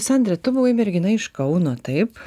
sandra tu buvai mergina iš kauno taip